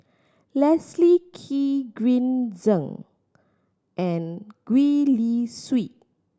Leslie Kee Green Zeng and Gwee Li Sui